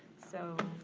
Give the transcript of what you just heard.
so